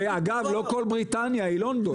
אגב, לא כל בריטניה היא לונדון.